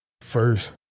first